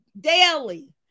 daily